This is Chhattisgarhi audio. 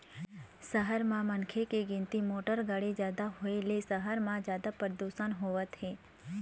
सहर म मनखे के गिनती, मोटर गाड़ी जादा होए ले सहर म जादा परदूसन होवत हे